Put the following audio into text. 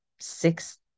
six